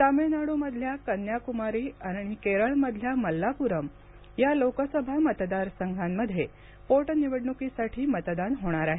तमिळनाडूमधल्या कन्याकुमारी आणि केरळमधल्या मल्लाप्रम या लोकसभा मतदार संघांमध्ये पोटनिवडणुकीसाठी मतदान होणार आहे